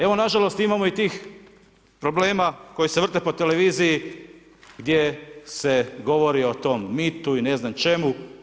Evo na žalost imamo i tih problema koji se vrte po televiziji gdje se govori o tom mitu i ne znam čemu.